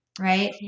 Right